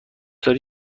داری